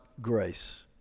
grace